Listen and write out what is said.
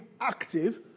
active